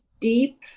deep